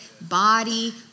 body